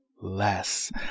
less